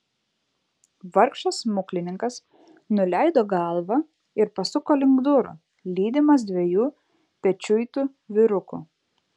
vargšas smuklininkas nuleido galvą ir pasuko link durų lydimas dviejų pečiuitų vyrukų